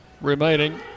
remaining